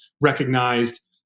recognized